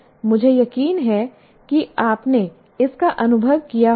मुझे यकीन है कि आपने इसका अनुभव किया होगा